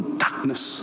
darkness